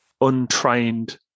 untrained